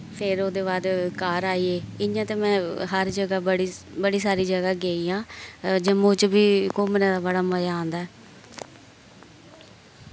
फिर उ'दे बाद घर आइये इयां ते मैं हर जगह बड़ी बड़ी सारी जगह गेई आं जम्मू च वी घुम्मने दा बड़ा मजा औंदा ऐ